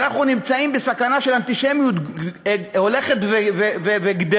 שאנחנו נמצאים בסכנה של אנטישמיות הולכת וגדלה.